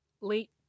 late